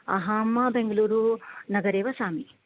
अहं बेङ्गलूरूनगरे वसामि